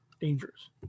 dangers